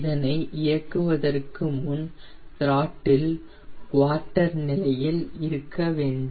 இதனை இயக்குவதர்க்கு முன் த்ராட்டில் குவார்ட்டர் நிலையில் இருக்க வேண்டும்